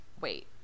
Wait